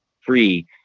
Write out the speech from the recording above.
free